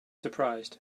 surprised